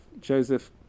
Joseph